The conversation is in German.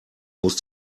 muss